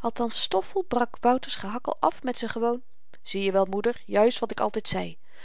althans stoffel brak wouters gehakkel af met z'n gewoon zie je wel moeder juist wat ik altyd zei